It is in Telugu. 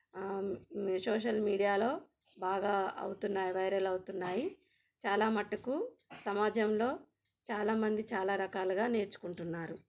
సోషల్ మీడియాలో బాగా అవుతున్నాయి వైరల్ అవుతున్నాయి చాలా మటుకు సమాజంలో చాలామంది చాలా రకాలుగా నేర్చుకుంటున్నారు